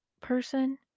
person